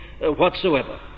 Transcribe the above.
whatsoever